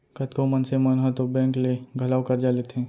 कतको मनसे मन ह तो बेंक ले घलौ करजा लेथें